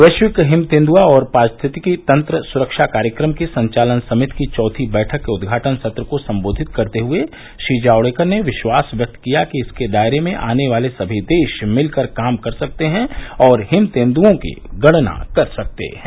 वैश्विक हिम तेंदुआ और पारिस्थितिकी तंत्र सुरक्षा कार्यक्रम की संचालन समिति की चौथी बैठक के उद्घाटन सत्र को संबोधित करते हुए श्री जावडेकर ने विश्वास व्यक्त किया कि इसके दायरे में आने वाले सभी देश मिलकर काम कर सकते हैं और हिम तेंदुओं की गणना कर सकते हैं